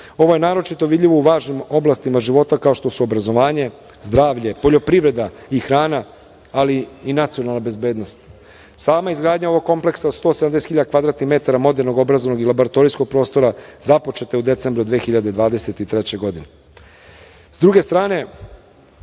Ovo je naročito vidljivo u važnim oblastima života kao što su obrazovanje, zdravlje, poljoprivreda i hrana, ali i nacionalna bezbednost. Sama izgradnja ovog kompleksa od 170 hiljada kvadratnih metara modernog obrazovanog i laboratorijskog prostora započeta je u decembru 2023. godine.S